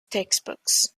textbooks